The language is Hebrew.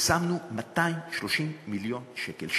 ושמנו 230 מיליון שקל,